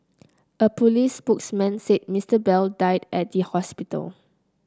a police spokesman said Mister Bell died at the hospital